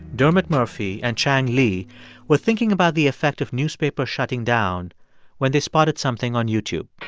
dermot murphy and chang lee were thinking about the effect of newspapers shutting down when they spotted something on youtube